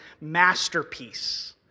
masterpiece